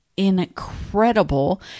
Incredible